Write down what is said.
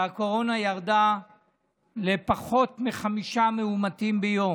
והקורונה ירדה לפחות מחמישה מאומתים ביום.